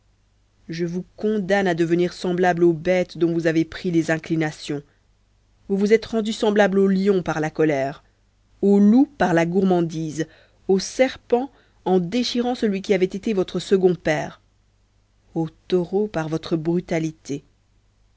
je vous condamne à devenir semblable aux bêtes dont vous avez pris les inclinations vous vous êtes rendu semblable au lion par la colère au loup par la gourmandise au serpent en déchirant celui qui avait été votre second père au taureau par votre brutalité